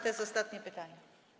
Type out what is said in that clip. To jest ostatnie pytanie.